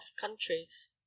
countries